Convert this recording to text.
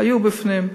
היו בפנים שנה,